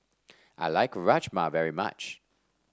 I like Rajma very much